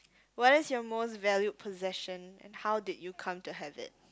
what is your most valued possession and how did you come to have it